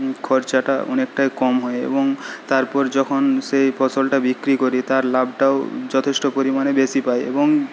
খরচাটা অনেকটাই কম হয় এবং তারপর যখন সেই ফসলটা বিক্রি করি তার লাভটাও যথেষ্ট পরিমাণে বেশি পাই এবং